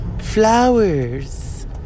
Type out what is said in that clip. flowers